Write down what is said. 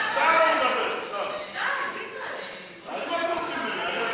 סתם הוא מדבר.